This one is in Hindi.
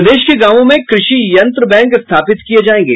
प्रदेश के गावों में कृषि यंत्र बैंक स्थापित किये जायेंगे